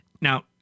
now